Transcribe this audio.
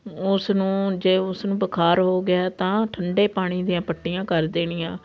ਉਸ ਨੂੰ ਜੇ ਉਸ ਨੂੰ ਬੁਖਾਰ ਹੋ ਗਿਆ ਹੈ ਤਾਂ ਠੰਡੇ ਪਾਣੀ ਦੀਆਂ ਪੱਟੀਆਂ ਕਰ ਦੇਣੀਆਂ